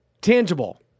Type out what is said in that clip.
Tangible